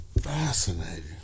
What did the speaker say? fascinating